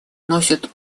носит